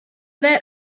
were